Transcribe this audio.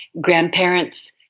grandparents